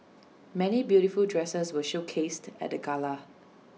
many beautiful dresses were showcased at the gala